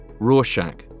Rorschach